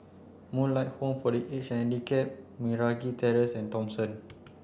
Moonlight Home for the Aged Handicapped Meragi Terrace and Thomson